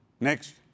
Next